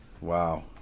wow